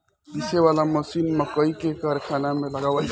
पीसे वाला मशीन मकई के कारखाना में लगावल जाला